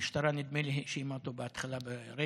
המשטרה, נדמה לי, האשימה אותו בהתחלה ברצח,